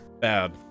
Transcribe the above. bad